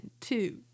two